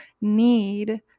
need